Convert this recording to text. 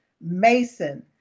Mason